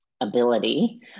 ability